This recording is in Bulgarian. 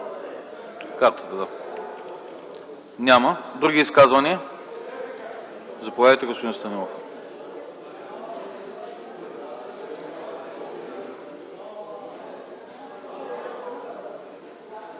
реплика няма. Други изказвания? Заповядайте, господин Стоилов.